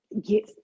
get